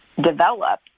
develop